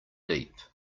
deep